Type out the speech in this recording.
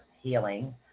healing